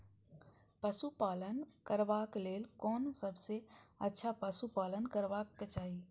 पशु पालन करबाक लेल कोन सबसँ अच्छा पशु पालन करबाक चाही?